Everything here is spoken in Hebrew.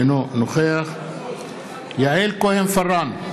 אינו נוכח יעל כהן-פארן,